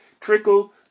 Trickle